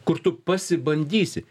kur tu pasibandysi